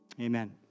amen